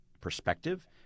perspective